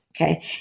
Okay